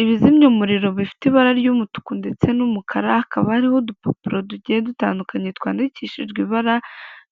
Ibizimya umuriro bifite ibara ry'umutuku ndetse n'umukara, hakaba ari udupapuro tugiye dutandukanye twandikishijwe ibara